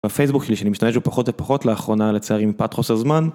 בפייסבוק שלי שאני משתמש בו פחות ופחות לאחרונה לצערי מפאת חוסר הזמן.